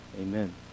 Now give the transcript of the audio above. Amen